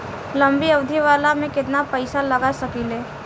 लंबी अवधि वाला में केतना पइसा लगा सकिले?